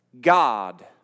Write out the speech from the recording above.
God